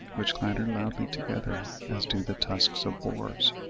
which clatter loudly together, as do the tusks of boars.